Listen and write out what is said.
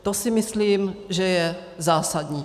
To si myslím, že je zásadní.